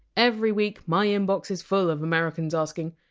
every week my inbox is full of americans asking!